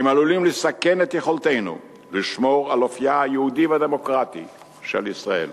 הן עלולות לסכן את יכולתנו לשמור על אופיה היהודי והדמוקרטי של ישראל.